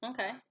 Okay